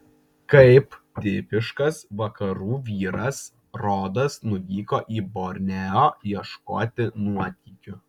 kaip tipiškas vakarų vyras rodas nuvyko į borneo ieškoti nuotykių